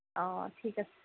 অ ঠিক আছে